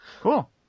cool